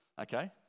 okay